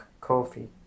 coffee